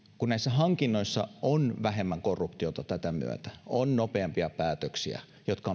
kun näissä hankinnoissa on vähemmän korruptiota tätä myötä on nopeampia päätöksiä jotka